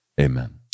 amen